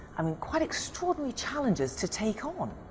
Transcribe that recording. i mean quite extraordinary challenges to take on?